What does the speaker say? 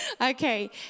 Okay